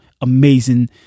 amazing